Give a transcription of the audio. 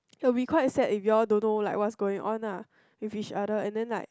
we quite sad if you all don't know like what's going on lah with each other and then like